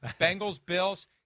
Bengals-Bills